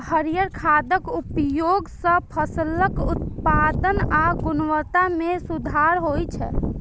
हरियर खादक उपयोग सं फसलक उत्पादन आ गुणवत्ता मे सुधार होइ छै